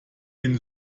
den